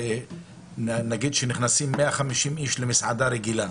נגיד שנכנסים 150 אנשים למסעדה רגילה.